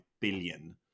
billion